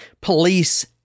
police